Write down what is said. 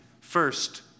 First